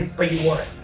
but you were it.